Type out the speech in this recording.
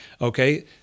okay